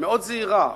מאוד זהירה,